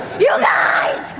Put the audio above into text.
you guys!